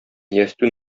ястү